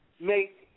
make